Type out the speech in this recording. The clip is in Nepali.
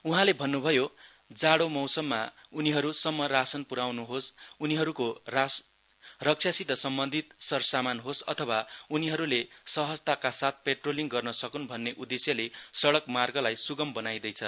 उहाँले भन्नुभयो जाडोको मौसममा उनीहरूसम्म राशन पुऱ्याउनु होस् उनीहरूको रक्षासित सम्बन्धित सर समान होस् अथवा उनीहरूले सहजताका साथ पेट्रोलिङ गर्न सकुन् भन्ने उद्देश्यले सडक मार्गलाई स्गम बनाइँदैछ